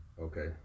okay